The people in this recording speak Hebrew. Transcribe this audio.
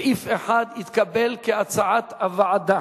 סעיף 1 נתקבל כהצעת הוועדה.